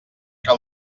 que